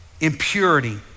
impurity